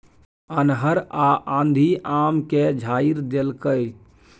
अन्हर आ आंधी आम के झाईर देलकैय?